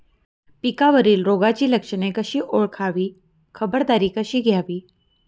पिकावरील रोगाची लक्षणे कशी ओळखावी, खबरदारी कशी घ्यावी?